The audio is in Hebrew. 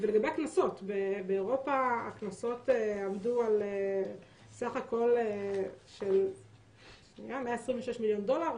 לגבי הקנסות: באירופה הקנסות עמדו על סך כול של 126 מיליון דולר,